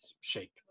shape